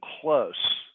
close